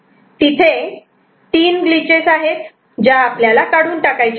आणि तिथे 3 ग्लिचेस आहेत ज्या आपल्याला काढून टाकायच्या आहेत